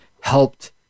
helped